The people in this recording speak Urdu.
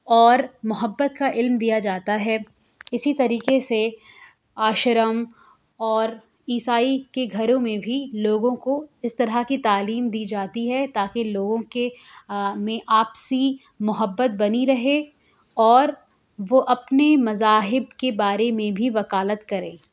اور محبت کا علم دیا جاتا ہے اسی طریقے سے آشرم اور عیسائی کے گھروں میں بھی لوگوں کو اس طرح کی تعلیم دی جاتی ہے تا کہ لوگوں کے میں آپسی محبت بنی رہے اور وہ اپنے مذاہب کے بارے میں بھی وکالت کریں